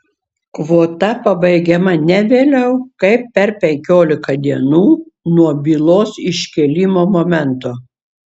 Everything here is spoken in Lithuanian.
kvota pabaigiama ne vėliau kaip per penkiolika dienų nuo bylos iškėlimo momento